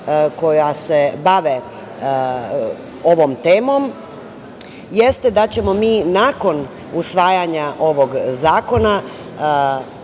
koja se bave ovom temom, jeste da ćemo mi nakon usvajanja ovog zakona,